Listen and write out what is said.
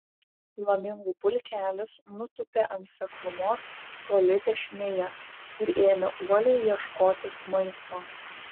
flamingų pulkelis nutūpė ant seklumos toli dešinėje ir ėmė uoliai ieškotis maisto